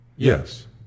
Yes